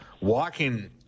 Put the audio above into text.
walking